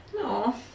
No